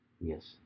Yes